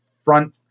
front